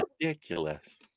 ridiculous